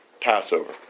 Passover